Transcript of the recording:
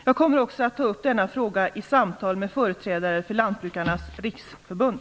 Jag kommer också att ta upp denna fråga i samtal med företrädare för Lantbrukarnas riksförbund.